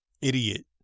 idiot